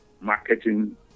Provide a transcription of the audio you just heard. marketing